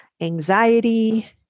anxiety